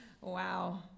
Wow